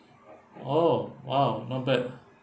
oh !wow! not bad